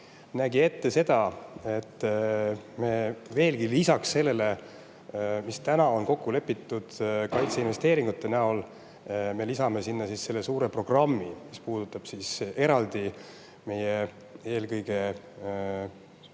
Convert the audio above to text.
nägi ette seda, et me lisaks sellele, mis praegu on kokku lepitud kaitseinvesteeringute näol, lisame sinna selle suure programmi, mis puudutab eraldi eelkõige